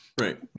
Right